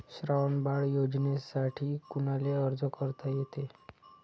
श्रावण बाळ योजनेसाठी कुनाले अर्ज करता येते?